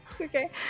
okay